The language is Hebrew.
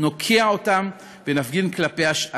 נוקיע אותם ונפגין כלפיהם שאט-נפש.